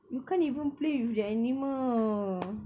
you can't even play with the animal